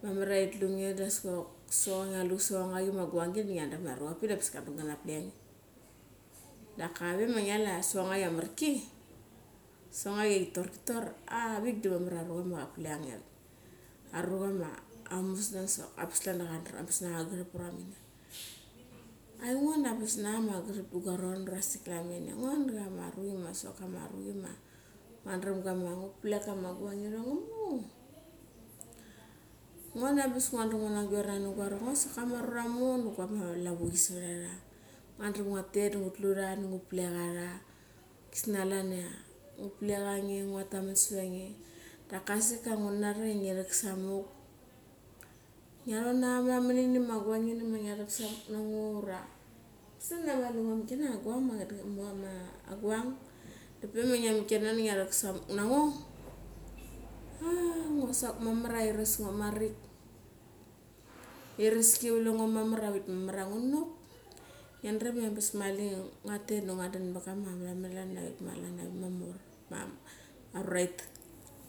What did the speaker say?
Mamar ia ti tlunge da askok sochong, sochongi ma guangi, dia ngia daram ia arucha arak pik dia ngia daram ia arucha avat pik da anagbas kana vleck anga. daka vema ma ngia lu ia sochang nga chi ma marki, sochangingachi ia ki tor chi tor ah avik ngia daram ia angabas nanga garep davavon. Ngo guaromurik sik klan minia. Ngo da kama ruchi ngoa dram ngu vlek kama gua rong nga mo. Ngo da anagbas nguna guernani guarovek. Ngo sok kama arura tamoi sok guama lauuchi savet ara. Ngua dram ngua tet da ngu tlu ra da nga vlek ara. Gisana klan ia ngu vleck ange. ngua taman savat ange. Da asik ia ngu nari ia ngirak samuk. Ngia ron anga meraman ini ma guang ini manga rak samuk na ngo ura gisnia mali ngua mikina ma ngia rak samuk nango. Ngo sok mamar ia iras ngo marik. Ireski ki vlang ngo mamar marik. Mamar ia gua nok, ngia dram ia angabas mali ngua tet du ngua dan vet ka meraman klan avuk. Ma mor. Ma arua